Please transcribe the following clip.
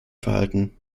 verhalten